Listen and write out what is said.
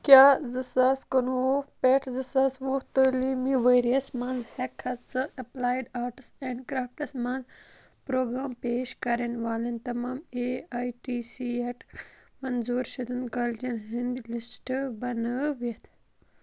کیٛاہ زٕ ساس کُنوُہ پٮ۪ٹھ زٕ ساس وُہ تعلیٖمی ؤرۍیَس مَنٛز ہٮ۪کٕکھا ژٕ ایٚپلایڈ آرٹس اینٛڈ کرٛافٹس مَنٛز پروگرام پیش کَرن والٮ۪ن تمام اےٚ آئی ٹی سی یٹ منظوٗر شُدن کالجن ہٕنٛدۍ لِسٹ بنٲوِتھ